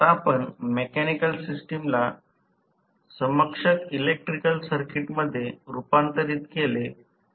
आता आपण मेकॅनिकल सिस्टमला समकक्ष इलेक्ट्रिकल सर्किटमध्ये रुपांतरित केले आणि मग आपण ते सोडवू